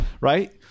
right